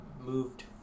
moved